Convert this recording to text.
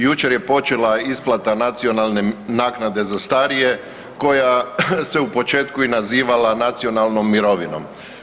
Jučer je počela isplata nacionalne naknade za starije koja se u početku i nazivala nacionalnom mirovinom.